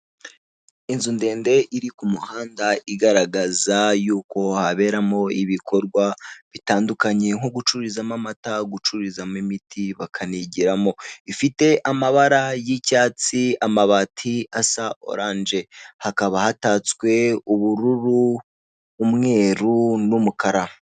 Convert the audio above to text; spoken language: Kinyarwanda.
Inzu ndende iri ku muhanda igaragaza yuko haberamo ibikorwa bitandukanye nko gucururizamo amata, gicuruzamo imiti, bakanigiramo, ifite amabara y'icyatsi, amabati asa oranje, hakaba hatatswe ubururu, umweru n'umukara.